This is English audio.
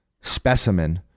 specimen